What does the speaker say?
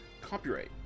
copyright